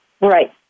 Right